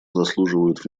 заслуживают